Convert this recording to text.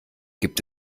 gibt